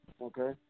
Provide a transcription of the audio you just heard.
Okay